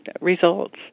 results